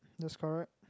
that's correct